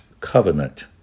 Covenant